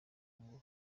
ngo